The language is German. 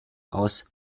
aus